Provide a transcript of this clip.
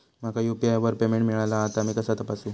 माका यू.पी.आय वर पेमेंट मिळाला हा ता मी कसा तपासू?